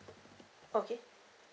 okay